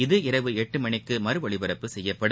இது இரவு எட்டு மணிக்கு மறு ஒலிபரப்பு செய்யப்படும்